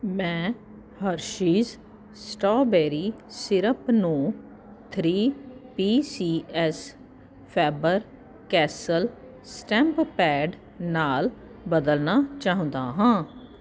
ਮੈਂ Hershey's strawberry syrup ਨੂੰ three P C S Faber Castell stamp pad ਨਾਲ ਬਦਲਨਾ ਚਾਹੁੰਦਾ ਹਾਂ